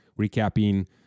recapping